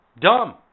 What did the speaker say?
Dumb